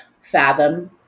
Fathom